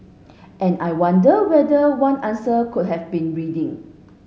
and I wonder whether one answer could have been reading